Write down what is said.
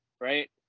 right